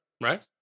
right